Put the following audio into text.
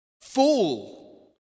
Fool